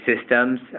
systems